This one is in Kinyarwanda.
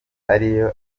ariyo